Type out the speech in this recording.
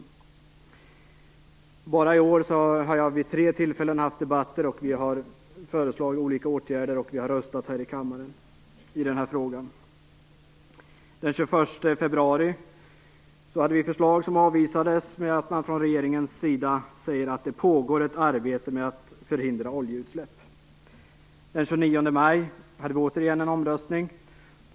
Bara i år har jag vid tre tillfällen haft debatter om det här. Vi har föreslagit olika åtgärder, och vi har röstat i frågan här i kammaren. Den 21 februari hade vi ett förslag som avvisades med att man från regeringens sida sade att det pågår ett arbete för att förhindra oljeutsläpp. Den 29 maj hade vi återigen en omröstning.